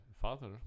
father